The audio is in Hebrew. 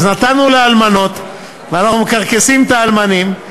אז נתנו לאלמנות, ואנחנו מקרקסים את האלמנים.